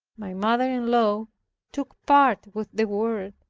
my mother-in-law took part with the world,